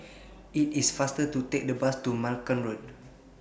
IT IS faster to Take The Bus to Malcolm Road